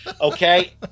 okay